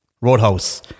Roadhouse